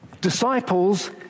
Disciples